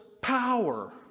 power